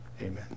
Amen